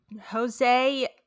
Jose